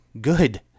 good